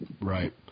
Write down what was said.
Right